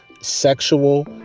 sexual